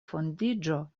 fondiĝo